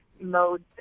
modes